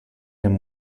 him